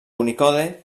unicode